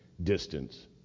distance